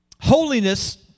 Holiness